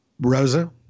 Rosa